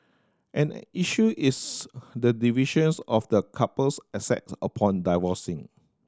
and issue is the divisions of the couple's assets upon divorcing